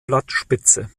blattspitze